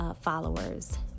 followers